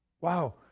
Wow